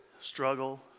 struggle